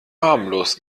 harmlos